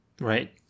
Right